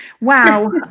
Wow